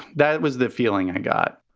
that was the feeling i got.